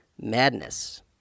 MADNESS